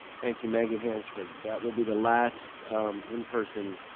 thank you, maggie hansford. that will be the last in-person